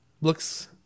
looks